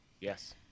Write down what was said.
yes